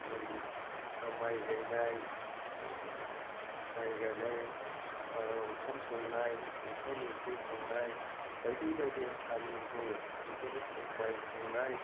जेरै माइ गायनाय माइ गायनाय ओंखाम संनाय ओंखाम ओंख्रि संनाय बायदि बायदि हारिमु दङ बेफोर माइ सौनाय